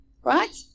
right